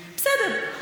בסדר.